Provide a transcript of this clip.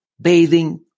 bathing